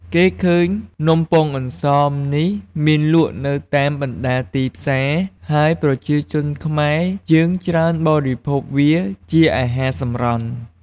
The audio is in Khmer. គេឃើញនំំពងអន្សងនេះមានលក់នៅតាមបណ្តាទីផ្សារ ហើយប្រជាជនខ្មែរយើងច្រើនបរិភោគវាជាអាហារសម្រន់។